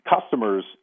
customer's